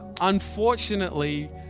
unfortunately